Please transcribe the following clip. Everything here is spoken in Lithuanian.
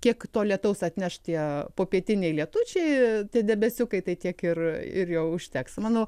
kiek to lietaus atneš tie popietiniai lietučiai tie debesiukai tai tiek ir ir jau užteks manau